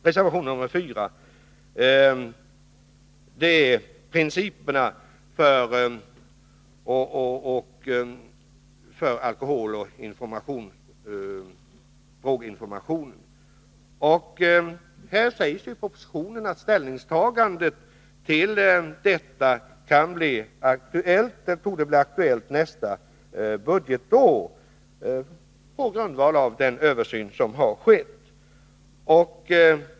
Reservation 4 gäller principerna för alkoholoch droginformation. I propositionen sägs att ett ställningstagande till detta torde bli aktuellt nästa budgetår, på grundval av den översyn som har skett.